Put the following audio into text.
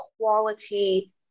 quality